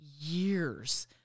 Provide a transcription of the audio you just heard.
years